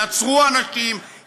ייעצרו אנשים,